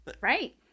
Right